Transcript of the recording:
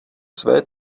své